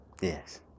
Yes